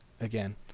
again